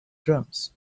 drums